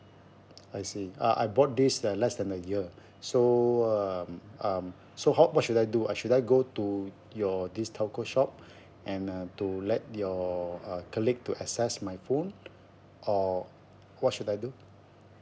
I see uh I bought this uh less than a year so um um so how what should I do or should I go to your this telco shop and uh to let your uh colleague to assess my phone or what should I do